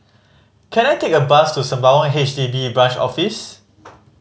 can I take a bus to Sembawang H D B Branch Office